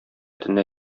төнлә